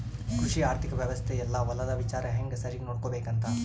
ಕೃಷಿ ಆರ್ಥಿಕ ವ್ಯವಸ್ತೆ ಯೆಲ್ಲ ಹೊಲದ ವಿಚಾರ ಹೆಂಗ ಸರಿಗ ನೋಡ್ಕೊಬೇಕ್ ಅಂತ